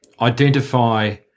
identify